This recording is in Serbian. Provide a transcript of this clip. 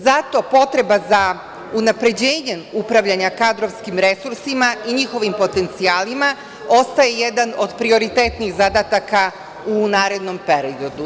Zato potreba za unapređenjem upravljanja kadrovskim resursima i njihovim potencijalima ostaje jedan od prioritetnijih zadataka u narednom periodu.